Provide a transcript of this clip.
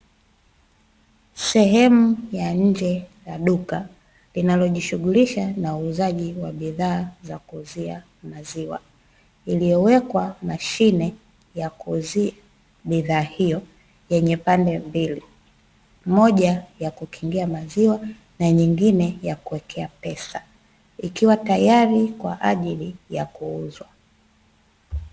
Sehemu ya nje la duka linalojishughulisha na uuzaji wa bidhaa za kuuzia maziwa. Iliyowekwa mashine ya kuuzia bidhaa hiyo yenye pande mbili, moja ya kukingia maziwa na nyingine kuwekea pesa. Ikiwa tayari kwa ajili ya kuuzwa.